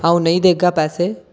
अ'ऊं नेईं देगा पैसे